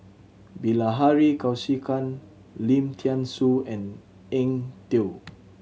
Bilahari Kausikan Lim Thean Soo and Eng Tow